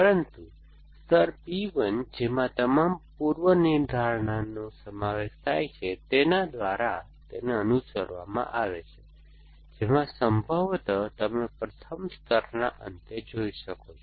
પરંતુ સ્તર P 1 જેમાં તમામ પૂર્વનિર્ધારણ નો સમાવેશ થાય છે તેના દ્વારા અનુસરવામાં આવે છે જેમાં સંભવતઃ તમે પ્રથમ સ્તરના અંતે જોઈ શકો છે